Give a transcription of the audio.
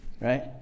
right